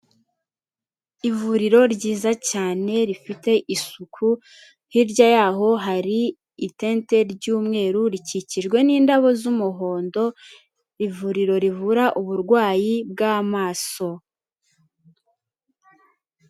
Ivuriro ryiza cyane rifite isuku, hirya y'aho hari itente ry'umweru rikikijwe n'indabo z'umuhondo, ivuriro rivura uburwayi bw'amaso.